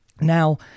Now